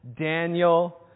Daniel